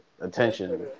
attention